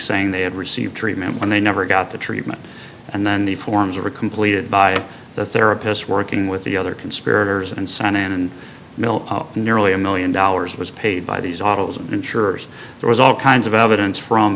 saying they had received treatment when they never got the treatment and then the forms were completed by the therapist working with the other conspirators and sent in and mil nearly a million dollars was paid by these autos and insurers there was all kinds of evidence from